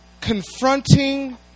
confronting